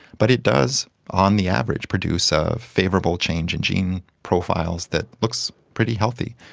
but it does on the average produce a favourable change in gene profiles that looks pretty healthy.